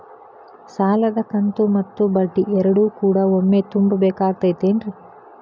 ಸಾಲದ ಕಂತು ಮತ್ತ ಬಡ್ಡಿ ಎರಡು ಕೂಡ ಒಮ್ಮೆ ತುಂಬ ಬೇಕಾಗ್ ತೈತೇನ್ರಿ?